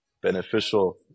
beneficial